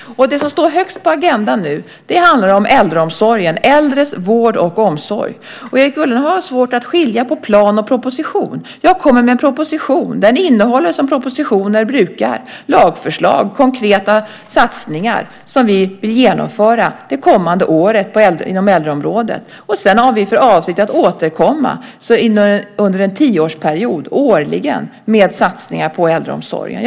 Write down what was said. Det som nu står högst på agendan handlar om äldreomsorgen, äldres vård och omsorg. Erik Ullenhag har svårt att skilja på plan och proposition. Jag kommer med en proposition. Den innehåller, som propositioner brukar, lagförslag och konkreta satsningar inom äldreområdet som vi vill genomföra det kommande året. Sedan har vi för avsikt att återkomma årligen under en tioårsperiod med satsningar på äldreomsorgen.